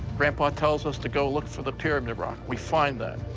grandpa tells us to go look for the pyramid rock, we find that.